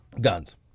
Guns